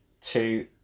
two